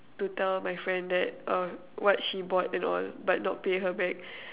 to tell my friend that oh what she bought and all but not pay her back